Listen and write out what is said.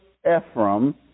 Ephraim